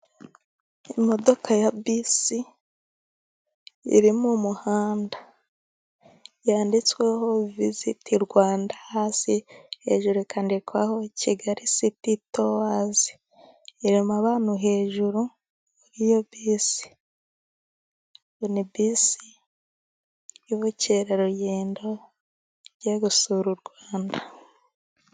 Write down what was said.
Imodoka ya bisi iri mu muhanda. Yanditsweho Visiti Rwanda hasi, hejuru ikandikwaho Kigali Siti Towazi. Irimo abantu hejuru y'iyo bisi. Ni bisi y'ubukerarugendo igiye gusura u Rwanda.